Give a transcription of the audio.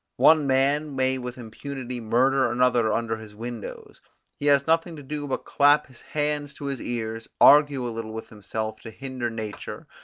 one man may with impunity murder another under his windows he has nothing to do but clap his hands to his ears, argue a little with himself to hinder nature,